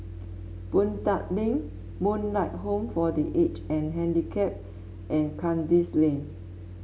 Boon Tat Link Moonlight Home for The Aged and Handicapped and Kandis Lane